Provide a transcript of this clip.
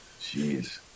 Jeez